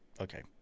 Okay